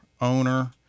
owner